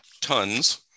tons